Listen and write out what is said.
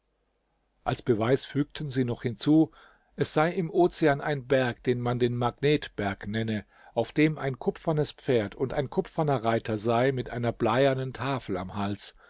als beweis fügten sie noch hinzu es sei im ozean ein berg den man den magnetberg nenne auf dem ein kupfernes pferd und ein kupferner reiter sei mit einer bleiernen tafel am hals